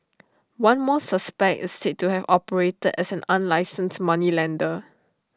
one more suspect is said to have operated as an unlicensed moneylender